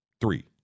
Three